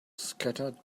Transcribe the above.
scattered